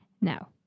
Now